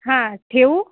हां ठेवू